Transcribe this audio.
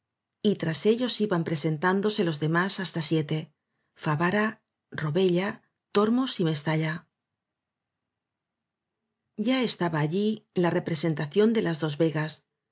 y tras ellos iban presentándose los demás hasta siete favara robella tormos y mestalla ya estaba allí la representación de las dos vegas